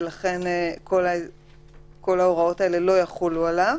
ולכן כל ההוראות האלה לא יחולו עליו.